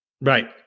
Right